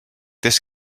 this